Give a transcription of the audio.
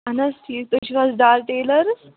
اَہَن حظ ٹھیٖک تُہۍ چھِو حظ ڈار ٹیلٲرٕز